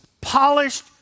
polished